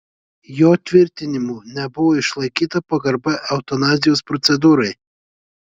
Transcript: jo tvirtinimu nebuvo išlaikyta pagarba eutanazijos procedūrai